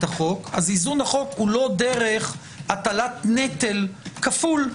החוק איזון החוק אינו דרך הטלת נטל כפול,